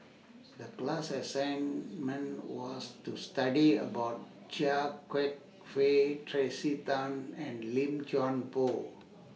The class assignment was to study about Chia Kwek Fah Tracey Tan and Lim Chuan Poh